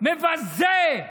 מבזה,